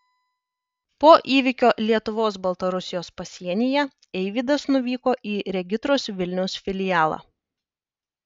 po įvykio lietuvos baltarusijos pasienyje eivydas nuvyko į regitros vilniaus filialą